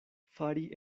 fari